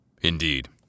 Indeed